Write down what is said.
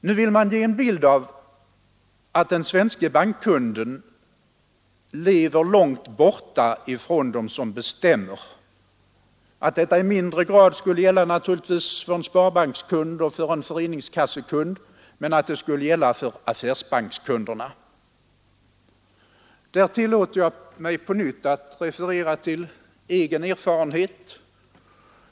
Nu vill man ge en bild av att den svenske bankkunden lever långt borta ifrån dem som bestämmer. Detta skulle i mindre grad gälla för en sparbankskund och en föreningskassekund, men det skulle gälla för affärsbankskunderna. Jag tillåter mig på nytt att referera till egen erfarenhet.